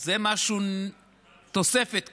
זה תוספת קטנה.